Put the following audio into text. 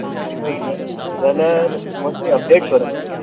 जाल्यार mostly update कर आनी पय